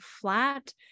flat